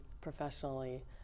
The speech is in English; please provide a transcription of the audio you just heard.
professionally